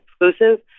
exclusive